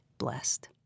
blessed